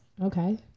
Okay